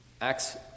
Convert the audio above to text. Acts